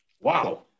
Wow